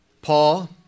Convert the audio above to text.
Paul